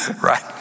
right